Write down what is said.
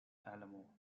alamo